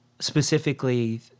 specifically